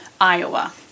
Iowa